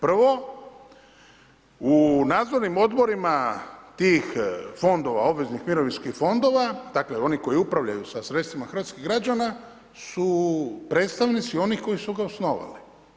Prvo, u nadzornim odborima tih fondova, obveznim mirovinskih fondova, dakle oni koji upravljaju sa sredstvima hrvatskih građana su predstavnici onih koji su ga osnovali.